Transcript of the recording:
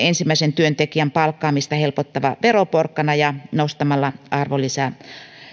ensimmäisen työntekijän palkkaamista helpottava veroporkkana ja nostamalla arvonlisäveron